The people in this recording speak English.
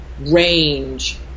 range